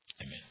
Amen